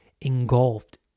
engulfed